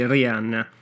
Rihanna